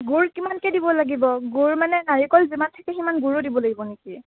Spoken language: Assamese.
গুৰ কিমানকৈ দিব লাগিব গুৰ মানে নাৰিকল যিমান থাকে সিমান গুৰো দিব লাগিব নেকি